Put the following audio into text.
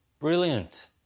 Brilliant